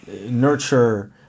nurture